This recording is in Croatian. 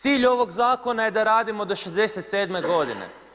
Cilj ovog zakona je da radimo do 67 godine.